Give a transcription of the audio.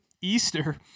Easter